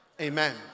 Amen